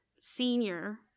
senior